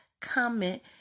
comment